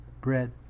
bread